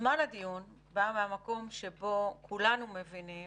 היוזמה לדיון באה מהמקום שבו כולנו מבינים